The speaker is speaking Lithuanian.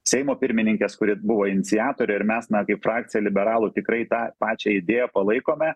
seimo pirmininkės kuri buvo iniciatorė ir mes na kaip frakcija liberalų tikrai tą pačią idėją palaikome